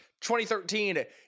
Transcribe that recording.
2013